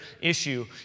issue